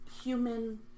human